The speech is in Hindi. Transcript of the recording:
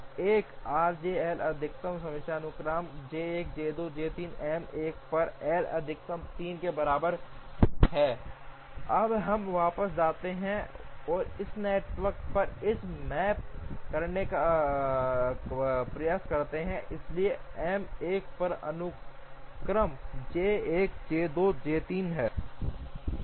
तो 1 rj L अधिकतम समस्या अनुक्रम J 1 J 2 J 3 M 1 पर L अधिकतम 3 के बराबर है अब हम वापस जाते हैं और इस नेटवर्क पर इसे मैप करने का प्रयास करते हैं इसलिए M 1 पर अनुक्रम J 1 J 2 J 3 है